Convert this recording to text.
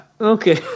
Okay